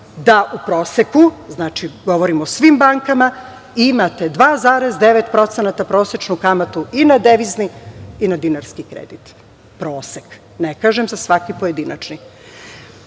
da u proseku, znači, govorim o svim bankama, imate 2,9% prosečnu kamatu i na devizni i na dinarski kredit. Prosek, ne kažem za svaki pojedinačni. Imate